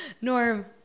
norm